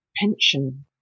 pension